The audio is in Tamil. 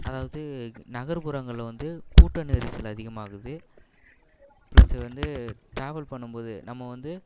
அதாவது நகர்ப்புறங்களில் வந்து கூட்டம் நெரிசல் அதிகமாகுது ப்ளஸ் வந்து ட்ராவல் பண்ணும்போது நம்ம வந்து